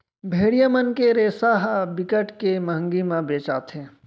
भेड़िया मन के रेसा ह बिकट के मंहगी म बेचाथे